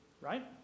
right